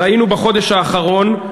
ראינו בחודש האחרון,